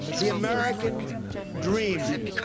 the american dream